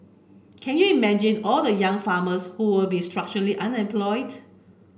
can you imagine all the young farmers who will be structurally unemployed